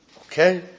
Okay